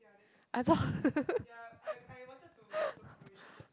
I thought